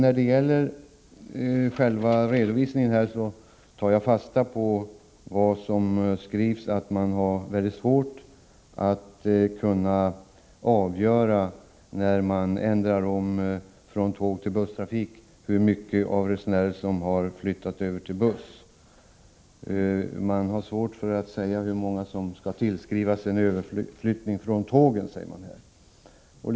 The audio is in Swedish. Beträffande själva redovisningen tar jag fasta på vad som sägs om att man vid en ändring från tågtill busstrafik har svårt att avgöra hur många resenärer som flyttat över till busstrafiken. Man har svårt att säga hur mycket som ”kan tillskrivas en överflyttning från tågen”, som man säger.